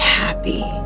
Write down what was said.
happy